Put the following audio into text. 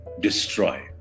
destroy